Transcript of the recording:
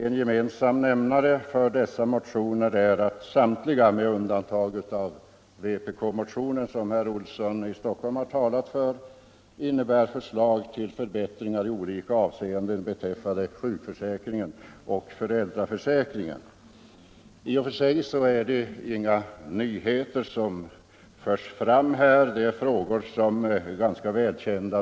En gemensam nämnare för dessa motioner är att samtliga, med undantag av vpk-motionen som herr Olsson i Stockholm har talat för, innebär förslag till förbättringar i olika avseenden beträffande sjukförsäkringen och föräldraförsäkringen. I och för sig är det väl inga nyheter som förs fram. Det är frågor som är ganska välkända.